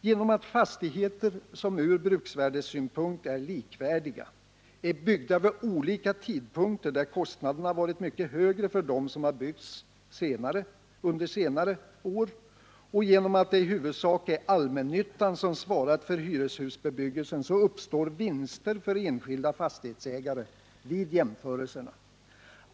Genom att fastigheter som ur bruksvärdessynpunkt är likvärdiga är byggda vid olika tidpunkter och kostnaderna varit mycket högre för dem som har byggts under senare år och genom att det i huvudsak är allmännyttan som har svarat för hyreshusbebyggelsen uppstår vinster för enskilda fastighetsägare vid jämförelserna.